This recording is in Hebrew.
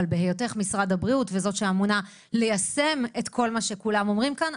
אבל בהיותך משרד הבריאות וזאת שאמונה ליישם את כל מה שכולם אומרים כאן,